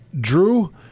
Drew